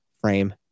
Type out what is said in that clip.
frame